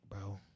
bro